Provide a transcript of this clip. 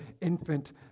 infant